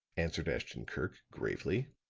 answered ashton-kirk, gravely.